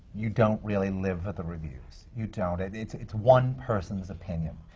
you don't really live for the reviews. you don't. and it's it's one person's opinion.